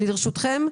אני לרשותכם,